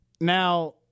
Now